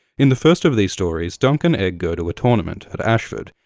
in the first of these stories, dunk and egg go to a tournament at ashford.